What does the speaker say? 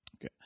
Okay